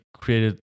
created